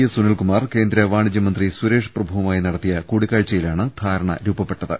S Sunilkumar കേന്ദ്ര വാണിജ്യമന്ത്രി സുരേഷ് പ്രഭുവുമായി നടത്തിയ കൂടിക്കാഴ്ചയിലാണ് ധാരണ രൂപപ്പെട്ടത്